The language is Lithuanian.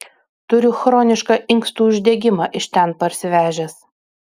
turiu chronišką inkstų uždegimą iš ten parsivežęs